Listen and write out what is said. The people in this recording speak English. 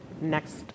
next